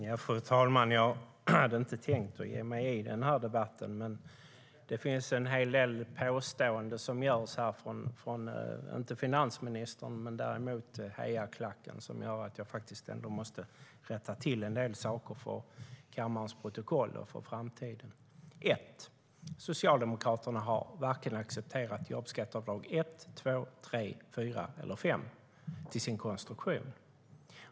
Fru talman! Jag hade inte tänkt ge mig in i den här debatten. Men det kom en hel del påståenden, inte från finansministern men från hejarklacken, som gör att jag ändå måste rätta till en del saker till kammarens protokoll och för framtiden. Först och främst har Socialdemokraterna accepterat varken jobbskatteavdrag 1, jobbskatteavdrag 2, jobbskatteavdrag 3, jobbskatteavdrag 4 eller jobbskatteavdrag 5 till sin konstruktion.